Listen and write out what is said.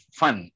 fun